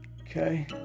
Okay